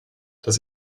das